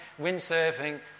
windsurfing